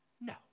no